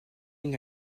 une